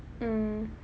mm